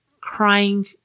Crying